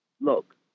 look